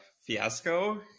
fiasco